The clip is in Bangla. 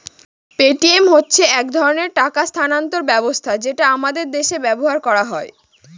পেটিএম হচ্ছে এক ধরনের টাকা স্থানান্তর ব্যবস্থা যেটা আমাদের দেশে ব্যবহার করা হয়